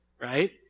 right